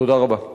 תודה רבה.